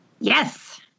Yes